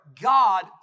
God